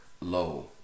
low